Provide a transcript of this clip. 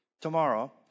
Tomorrow